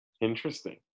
Interesting